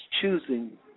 Choosing